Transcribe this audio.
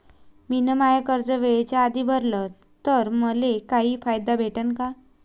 मिन माय कर्ज वेळेच्या आधी भरल तर मले काही फायदा भेटन का?